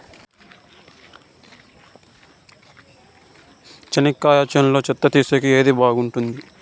చెనక్కాయ చేనులో చెత్త తీసేకి ఏది బాగుంటుంది?